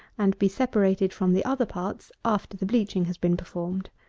and be separated from the other parts after the bleaching has been performed.